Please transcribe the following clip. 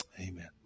Amen